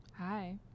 Hi